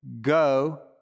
go